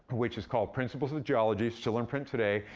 which is called principles of geology, still in print today,